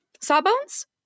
Sawbones